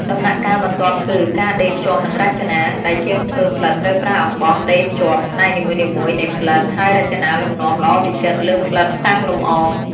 ដំណាក់កាលបន្ទាប់គឺ ការដេរភ្ជាប់និងរចនា ដែលជាងធ្វើផ្លិតត្រូវប្រើអំបោះដេរភ្ជាប់ផ្នែកនីមួយៗនៃផ្លិត ហើយរចនាលំនាំល្អវិចិត្រលើផ្លិតតាំងលម្អ។